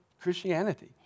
Christianity